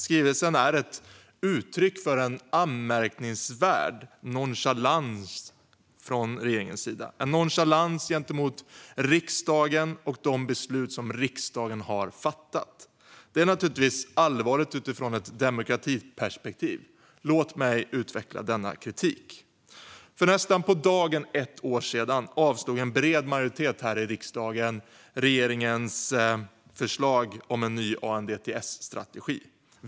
Skrivelsen är ett uttryck för en anmärkningsvärd nonchalans från regeringens sida, en nonchalans gentemot riksdagen och de beslut som riksdagen har fattat. Det är naturligtvis allvarligt utifrån ett demokratiperspektiv. Låt mig utveckla denna kritik. För nästan på dagen ett år sedan avslog en bred majoritet här i riksdagen regeringens förslag om en ny ANDTS-strategi.